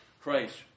Christ